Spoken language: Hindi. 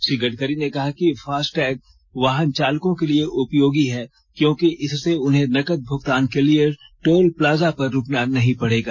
श्री गडकरी ने कहा कि फास्टैग वाहन चालकों के लिए उपयोगी है क्योंकि इससे उन्हें नकद भुगतान के लिए टोल प्लाजा पर रूकना नहीं पड़ेगा